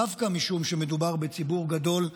דווקא משום שמדובר בציבור גדול וחשוב,